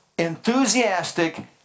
enthusiastic